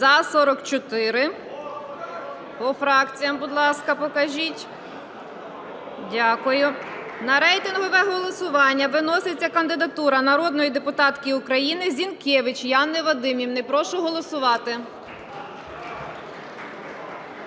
За-44 По фракціях, будь ласка, покажіть. Дякую. На рейтингове голосування виноситься кандидатура народної депутатки України Зінкевич Яни Вадимівни. Прошу голосувати.